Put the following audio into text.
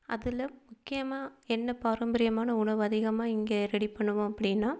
அதில் முக்கியமா என்ன பாரம்பரியமான உணவு அதிகமாக இங்கே ரெடி பண்ணுவோம் அப்படின்னா